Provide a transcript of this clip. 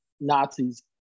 Nazis